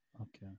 okay